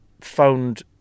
phoned